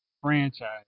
franchise